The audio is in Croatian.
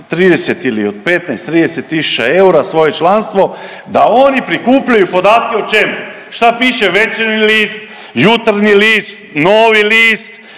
30 ili od 15, 30 000 eura svoje članstvo da oni prikupljaju podatke o čemu? Šta piše Večernji list, Jutarnji list, Novi list,